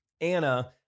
Anna